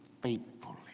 faithfully